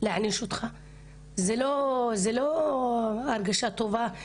זאת לא הרגשה טובה.